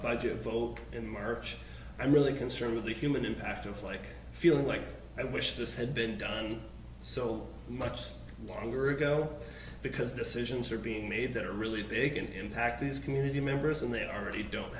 budget vote in march i'm really concerned with the human impact of like feeling like i wish this had been done so much so long ago because decisions are being made that are really big and impact these community members and they already don't